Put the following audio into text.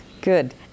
Good